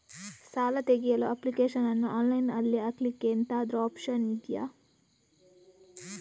ಸಾಲ ತೆಗಿಯಲು ಅಪ್ಲಿಕೇಶನ್ ಅನ್ನು ಆನ್ಲೈನ್ ಅಲ್ಲಿ ಹಾಕ್ಲಿಕ್ಕೆ ಎಂತಾದ್ರೂ ಒಪ್ಶನ್ ಇದ್ಯಾ?